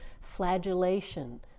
flagellation